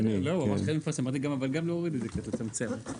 בסדר, לא, אמרתי אבל גם להוריד את זה קצת, לצמצם.